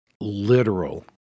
literal